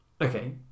Okay